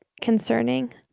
concerning